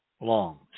Long